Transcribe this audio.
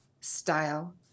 style